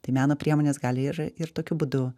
tai meno priemonės gali ir ir tokiu būdu